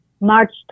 March